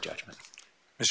judgment mis